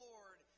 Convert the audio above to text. Lord